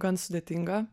gan sudėtinga